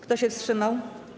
Kto się wstrzymał?